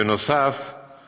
נוסף על כך,